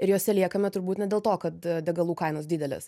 ir juose liekame turbūt ne dėl to kad degalų kainos didelės